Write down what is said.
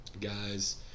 guys